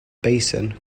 basin